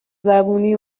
زبونی